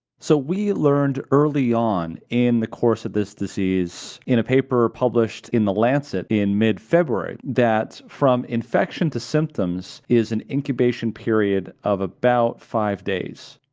so we learned early on in the course of this disease in a paper published in the lancet in mid-february that from infection to symptoms is an incubation period of about five days,